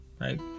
right